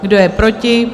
Kdo je proti?